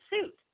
suit